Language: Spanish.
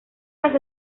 las